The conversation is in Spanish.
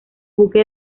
buque